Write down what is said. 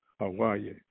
Hawaii